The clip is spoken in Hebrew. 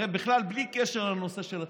הרי בכלל בלי קשר לנושא של התקציב,